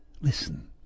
Listen